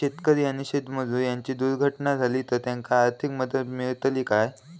शेतकरी आणि शेतमजूर यांची जर दुर्घटना झाली तर त्यांका आर्थिक मदत मिळतली काय?